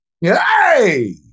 Yay